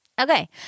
Okay